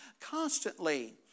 constantly